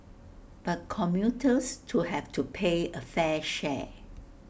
but commuters to have to pay A fair share